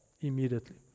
immediately